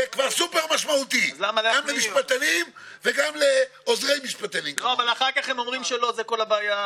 זה מספר העובדים בתוכניות להב"ה למיניהן בכל רחבי מדינת ישראל